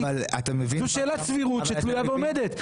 זאת שאלת סבירות שתלויה ועומדת.